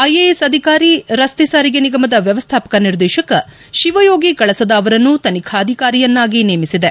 IAS ಅಧಿಕಾರಿ ರಸ್ತೆ ಸಾರಿಗೆ ನಿಗಮದ ವ್ಯವಸ್ಥಾಪಕ ನಿರ್ದೇಶಕ ಶಿವಯೋಗಿ ಕಳಸದ ಅವರನ್ನು ತನಿಖಾಧಿಕಾರಿಯನ್ನಾಗಿ ನೇಮಿಸಿದೆ